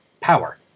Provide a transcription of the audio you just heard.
Power